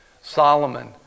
Solomon